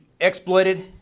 exploited